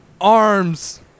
arms